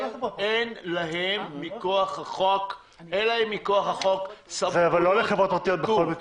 אין להם מכוח החוק סמכויות --- אבל זה לא לחברות פרטיות בכל מקרה.